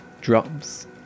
Drops